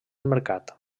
mercat